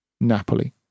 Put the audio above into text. Napoli